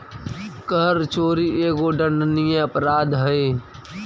कर चोरी एगो दंडनीय अपराध हई